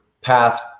path